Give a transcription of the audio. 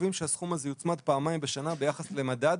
קובעים שהסכום הזה יוצמד פעמיים בשנה ביחס למדד